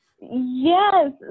Yes